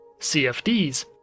CFDs